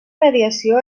mediació